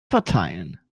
verteilen